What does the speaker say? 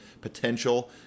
potential